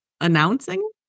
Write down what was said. Announcing